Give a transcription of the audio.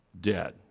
dead